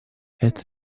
это